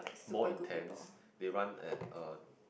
more intense they run at err